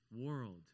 world